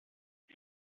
wie